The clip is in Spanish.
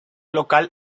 local